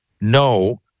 No